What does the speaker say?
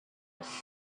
was